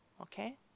Okay